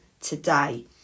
today